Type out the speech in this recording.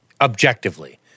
objectively